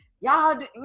y'all